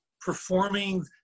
performing